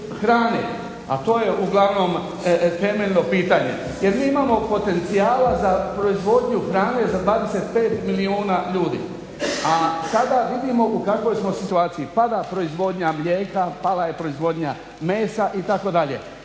hrane, a to je uglavnom temeljno pitanje. Jer mi imamo potencijala za proizvodnju hrane za 25 milijuna ljudi, a sada vidimo u kakvoj smo situaciji: pada proizvodnja mlijeka, pala je proizvodnja mesa itd.